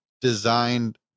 designed